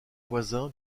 voisin